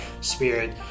spirit